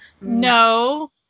No